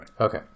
Okay